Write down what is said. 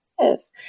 Yes